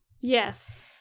Yes